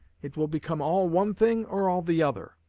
it will become all one thing or all the other.